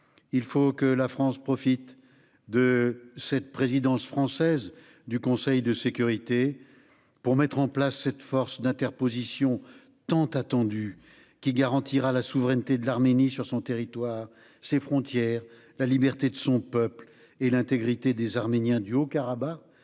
il faut que la France profite de la présidence française du Conseil de sécurité pour mettre en place la force d'interposition tant attendue. Elle garantira la souveraineté de l'Arménie sur son territoire et ses frontières, la liberté de son peuple et l'intégrité des Arméniens du Haut-Karabakh,